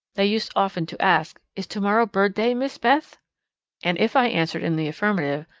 they used often to ask, is to-morrow bird day, miss beth and if i answered in the affirmative,